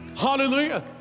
Hallelujah